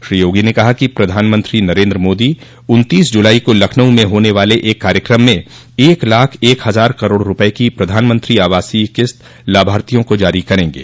श्री योगी ने कहा कि प्रधानमंत्री नरेन्द्र मोदी उनतीस जुलाई को लखनऊ में होने वाले एक कार्यक्रम में एक लाख एक हजार करोड रूपये की प्रधानमंत्री आवासीय किस्त लाभार्थियों को जारी करेंगे